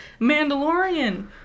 Mandalorian